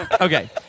Okay